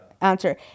answer